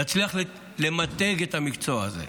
נצליח למתג את המקצוע הזה.